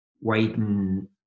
widen